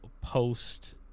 post